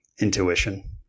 intuition